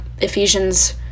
Ephesians